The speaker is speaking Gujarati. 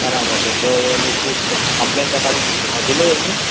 બરાબર છે તો એની એ શું તે તમારી કમ્પ્લેન નોંધી લઉં એની